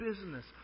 business